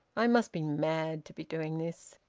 i must be mad to be doing this.